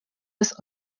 des